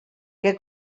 que